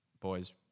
boys